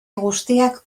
guztiak